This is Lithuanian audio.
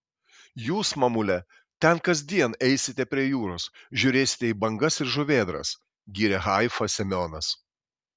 jūs mamule ten kasdien eisite prie jūros žiūrėsite į bangas ir žuvėdras gyrė haifą semionas